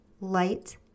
light